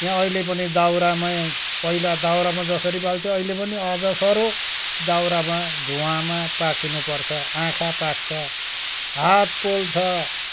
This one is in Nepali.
यहाँ अहिले पनि दाउरामै पहिला दाउरामा जसरी बाल्थ्यो अहिले पनि आधासरो दाउरामा धुवाँमा पाकिनु पर्छ आँखा पाक्छ हात पोल्छ